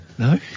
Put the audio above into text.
No